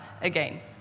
again